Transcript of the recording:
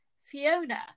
Fiona